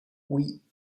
oui